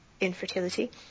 infertility